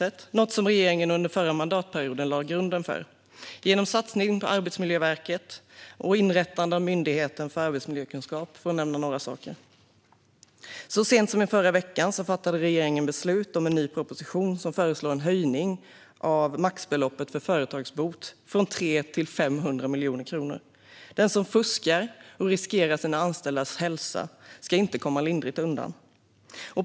Det är något som regeringen under förra mandatperioden lade grunden för genom satsning på Arbetsmiljöverket och inrättande av Myndigheten för arbetsmiljökunskap, för att nämna några saker. Så sent som i förra veckan fattade regeringen beslut om en ny proposition som föreslår en höjning av maxbeloppet för företagsbot från 3 till 500 miljoner kronor. Den som fuskar och riskerar sina anställdas hälsa ska inte komma lindrigt undan.